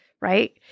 right